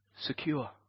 secure